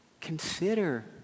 Consider